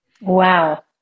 Wow